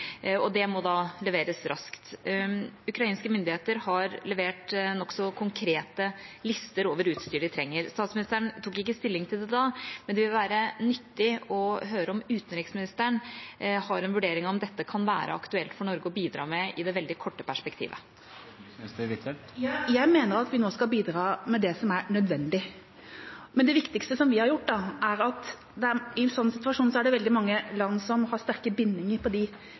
Det må da leveres raskt. Ukrainske myndigheter har levert nokså konkrete lister over utstyr de trenger. Statsministeren tok ikke stilling til det da, men det vil være nyttig å høre om utenriksministeren har en vurdering av om dette kan være aktuelt for Norge å bidra med i det veldig korte perspektivet. Jeg mener at vi nå skal bidra med det som er nødvendig. Men i en slik situasjon er det veldig mange land som har sterke bindinger på de